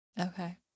Okay